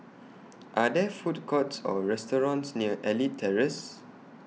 Are There Food Courts Or restaurants near Elite Terrace